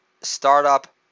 startup